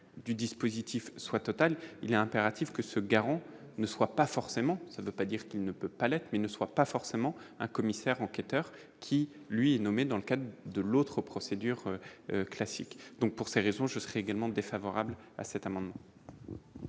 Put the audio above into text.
du dispositif soit totale, il y a un impératif que ce garant ne soient pas forcément ça veut pas dire qu'il ne peut pas l'être, mais ne soit pas forcément un commissaire enquêteur qui, lui, nommé dans le cadre de l'autre procédure classique donc pour ces raisons, je serai également défavorable à cet amendement.